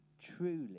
truly